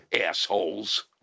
Assholes